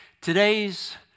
Today's